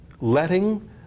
letting